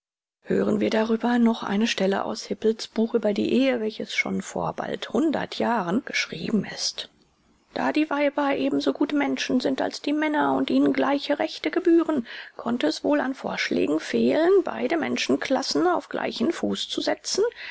hören wir darüber nur eine stelle aus hippel's buch über die ehe welches schon vor bald hundert jahren geschrieben ist da die weiber ebenso gut menschen sind als die männer und ihnen gleiche rechte gebühren konnte es wohl an vorschlägen fehlen beide menschenklassen auf gleichen fuß zu setzen